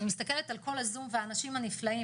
אני מסתכלת על כל הזום והאנשים הנפלאים,